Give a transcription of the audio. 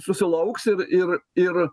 susilauks ir ir ir